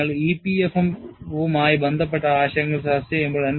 നിങ്ങൾ EPFM ഉമായി ബന്ധപ്പെട്ട ആശയങ്ങൾ ചർച്ചചെയ്യുമ്പോൾ